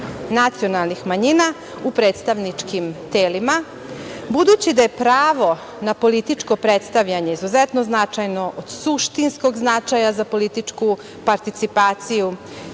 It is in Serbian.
nacionalnih manjina u predstavničkim telima, budući da je pravo na političko predstavljanje izuzetno značajno, od suštinskog značaja za političku participaciju